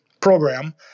program